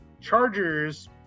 Chargers